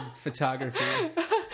photography